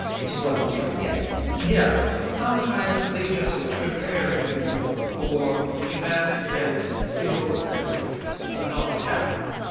it just wasn't true yet yes, sometimes they just preparing you for events that still have ah not happened